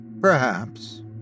Perhaps